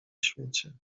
świecie